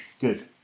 Good